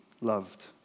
loved